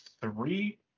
three